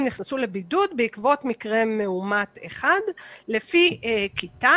נכנסו לבידוד בעקבות מקרה מאומת אחד לפי כיתה?